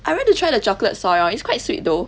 I went to try the chocolate soy it's quite sweet though